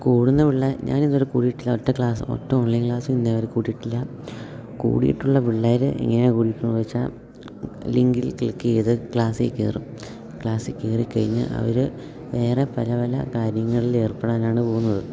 കൂടുന്ന പിള്ളേർ ഞാനിതുവരെ കൂടിയിട്ടില്ല ഒറ്റ ക്ലാസ്സ് ഒറ്റ ഓൺലൈൻ ക്ലാസ്സും ഇന്നേവരെ കൂടയിട്ടില്ല കൂടിയിട്ടുള്ള പിള്ളേർ ഇങ്ങനെ കുടിയിട്ടെന്നു വെച്ചാൽ ലിങ്കിൽ ക്ലിക്കുചെയ്ത് ക്ലാസ്സിൽക്കയറും ക്ലാസ്സിൽ കയറിക്കഴിഞ്ഞ് അവർ വേറെ പല പല കാര്യങ്ങളിൽ ഏർപ്പെടാനാണ് പോകുന്നത്